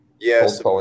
Yes